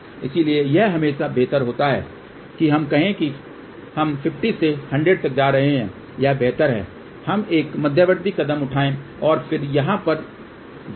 इसलिए यह हमेशा बेहतर होता है कि हम कहें कि हम 50 से 100 तक जा रहे हैं यह बेहतर है कि हम एक मध्यवर्ती कदम उठाएँ और फिर यहाँ पर जाये ठीक है